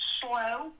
slow